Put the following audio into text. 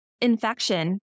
Infection